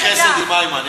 תפגין חסד עם איימן.